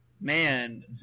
man